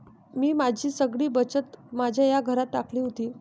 मी माझी सगळी बचत माझ्या या घरात टाकली होती